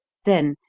then,